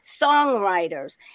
songwriters